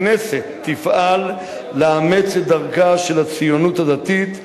הכנסת תפעל לאמץ את דרכה של הציונות הדתית,